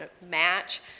match